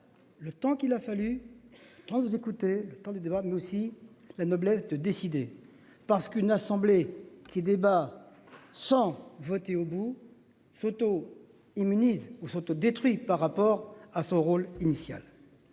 Le temps qu'il a fallu trois écoutez le temps du débat mais aussi la noblesse de décider. Parce qu'une Assemblée qui débat sans vote au bout s'auto-immunise ou s'détruit par rapport à son rôle initial.